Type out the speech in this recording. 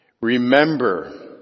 Remember